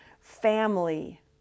Family